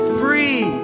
free